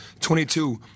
22